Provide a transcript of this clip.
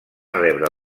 rebre